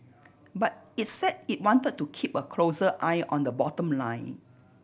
but it's said it want to keep a closer eye on the bottom line